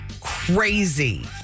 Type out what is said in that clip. crazy